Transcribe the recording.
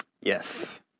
Yes